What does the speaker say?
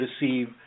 receive